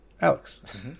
alex